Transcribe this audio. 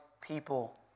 people